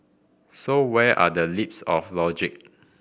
so where are the leaps of logic